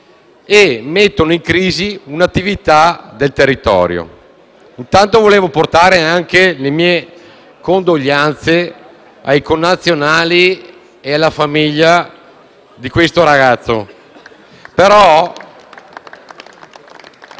mettendo in crisi un'attività del territorio. Intanto, vorrei portare le mie condoglianze ai connazionali e alla famiglia del ragazzo